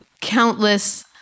countless